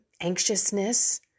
anxiousness